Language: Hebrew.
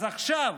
אז עכשיו,